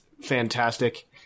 fantastic